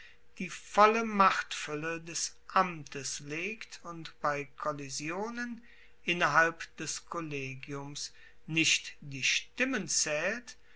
die volle machtfuelle des amtes legt und bei kollisionen innerhalb des kollegiums nicht die stimmen zaehlt